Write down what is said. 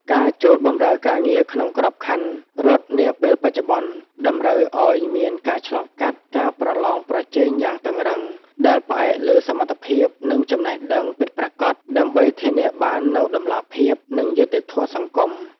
ការចូលបម្រើការងារក្នុងក្របខ័ណ្ឌរដ្ឋនាពេលបច្ចុប្បន្ន តម្រូវឱ្យមានការឆ្លងកាត់ការប្រឡងប្រជែងយ៉ាងតឹងរ៉ឹង ដែលផ្អែកលើសមត្ថភាព និងចំណេះដឹងពិតប្រាកដ ដើម្បីធានាបាននូវតម្លាភាព និងយុត្តិធម៌សង្គម។